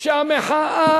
שהמחאה